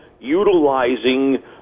utilizing